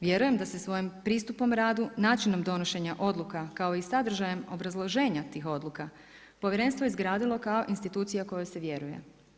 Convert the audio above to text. Vjerujem da se svojim pristupom radu, načinom donošenja odluka kao i sadržajem obrazloženja tih odluka, povjerenstvo izgradilo kao institucija kojoj se vjeruje.